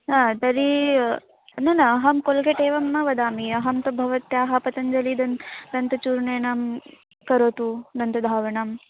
हा तर्हि न न अहं केल्गेट् एवं न वदामि अहं तु भवत्याः पतञ्चलिदन्त दन्तचूर्णेन करोतु दन्तधावनम्